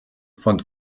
von